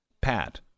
Pat